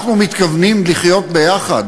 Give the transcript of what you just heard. אנחנו מתכוונים לחיות יחד.